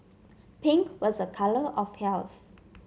pink was a colour of health